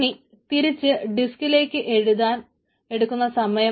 ഇനി തിരിച്ച് ഡിസ്കിലേക്ക് എഴുതാൻ എടുക്കുന്ന സമയം